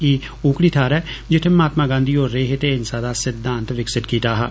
एह् ओकड़ी थाहर ऐ जित्थे महात्मा गांधी होर रेय हे ते अहिंसा दा सिधांत विकसित कीता हा